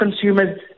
consumers